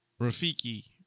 Rafiki